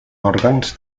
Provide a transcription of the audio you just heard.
òrgans